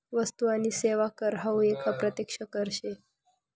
वस्तु आणि सेवा कर हावू एक अप्रत्यक्ष कर शे